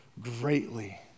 greatly